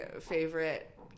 favorite